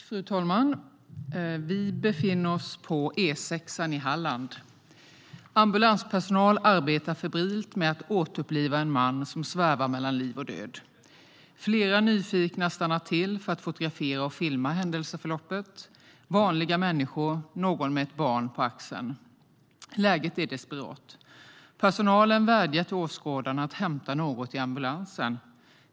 Fru talman! "E 6 i Halland. Ambulanspersonal arbetar febrilt med att återuppliva en man som svävar mellan liv och död. Flera nyfikna stannar till för att fotografera och filma händelseförloppet. Vanliga människor, någon med ett barn på axeln. Läget är desperat, personalen vädjar till åskådarna att hämta något i ambulansen.